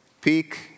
peak